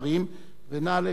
ונא לקיים אותם.